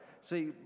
see